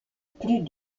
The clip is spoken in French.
plus